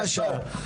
לפני הגמשה.